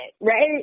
right